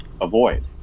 avoid